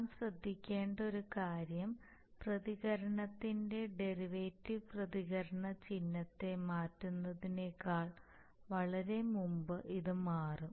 നാം ശ്രദ്ധിക്കേണ്ട ഒരു കാര്യം പ്രതികരണത്തിന്റെ ഡെറിവേറ്റീവ് പ്രതികരണ ചിഹ്നത്തെ മാറ്റുന്നതിനേക്കാൾ വളരെ മുൻപേ ഇത് മാറും